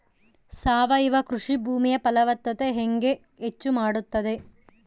ಸಾವಯವ ಕೃಷಿ ಭೂಮಿಯ ಫಲವತ್ತತೆ ಹೆಂಗೆ ಹೆಚ್ಚು ಮಾಡುತ್ತದೆ?